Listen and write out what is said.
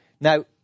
now